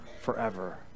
forever